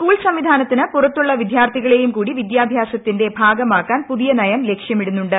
school സംവിധാനത്തിന് പുറത്തുള്ള വിദ്യാർത്ഥികളെയും കൂടി വിദ്യാഭ്യാസത്തിന്റെ ഭാഗമാക്കാൻ പുതിയ നയം ലക്ഷ്യമിടുന്നുണ്ട്